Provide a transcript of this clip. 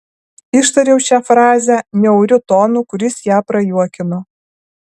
ištariau šią frazę niauriu tonu kuris ją prajuokino